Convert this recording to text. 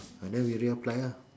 ah then we reapply lah